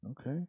Okay